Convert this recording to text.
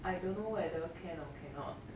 I don't know whether can or cannot